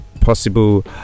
possible